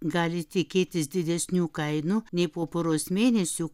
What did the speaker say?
gali tikėtis didesnių kainų nei po poros mėnesių